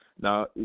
Now